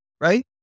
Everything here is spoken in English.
right